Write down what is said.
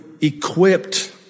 equipped